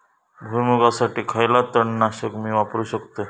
भुईमुगासाठी खयला तण नाशक मी वापरू शकतय?